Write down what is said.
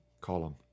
column